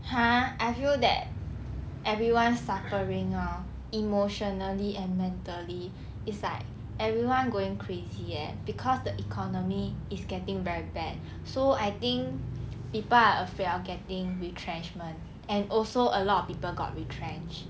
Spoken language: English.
!huh! I feel that everyone's suffering lor emotionally and mentally is like everyone going crazy eh cause the economy is getting very bad so I think people are afraid of getting retrenchment and also a lot of people got retrenched